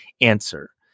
answer